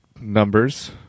numbers